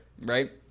right